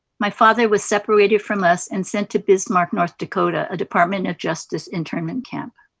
my father was separated from us and sent to bismarck, north dakota, a department of justice internment camp.